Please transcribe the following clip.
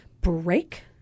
break